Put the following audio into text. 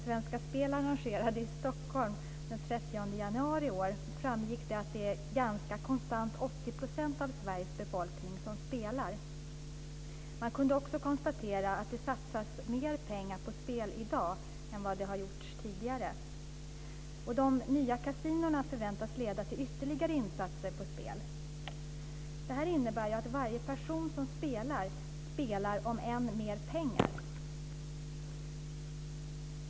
Svenska Spel arrangerade i Stockholm den 30 januari i år framgick att ganska konstant 80 % av Sveriges befolkning spelar. Man kunde också konstatera att det satsas mer pengar på spel i dag än tidigare. De nya kasinona förväntas leda till ytterligare insatser på spel. Det innebär att varje person som spelar, spelar om än mer pengar.